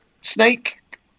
snake